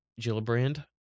Gillibrand